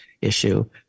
issue